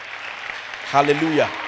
hallelujah